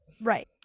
right